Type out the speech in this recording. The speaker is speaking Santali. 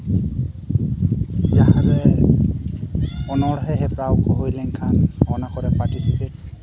ᱡᱟᱦᱟᱸᱨᱮ ᱚᱱᱚᱬᱦᱮᱸ ᱦᱮᱯᱨᱟᱣ ᱠᱚ ᱦᱩᱭ ᱞᱮᱱᱠᱷᱟᱱ ᱚᱱᱟ ᱠᱚᱨᱮ ᱯᱟᱴᱤᱥᱤᱯᱮᱴ